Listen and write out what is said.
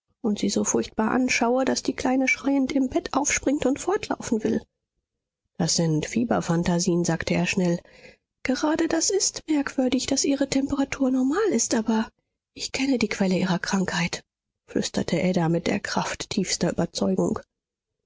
und sie so furchtbar anschaue daß die kleine schreiend im bett aufspringt und fortlaufen will das sind fieberphantasien sagte er schnell gerade das ist merkwürdig daß ihre temperatur normal ist aber ich kenne die quelle ihrer krankheit flüsterte ada mit der kraft tiefster überzeugung